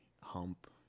hump